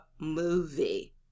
movie